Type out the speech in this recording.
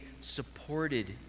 supported